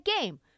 game